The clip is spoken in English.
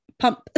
pump